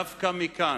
דווקא מכאן,